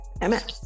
MS